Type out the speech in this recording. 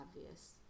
obvious